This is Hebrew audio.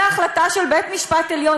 להחלטה של בית-המשפט העליון?